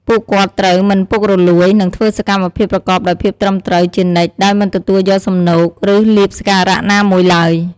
ពួកគាត់ត្រូវ មិនពុករលួយ និង ធ្វើសកម្មភាពប្រកបដោយភាពត្រឹមត្រូវ ជានិច្ច ដោយមិនទទួលយកសំណូក ឬលាភសក្ការៈណាមួយឡើយ។